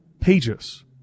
pages